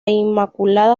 inmaculada